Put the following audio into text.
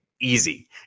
easy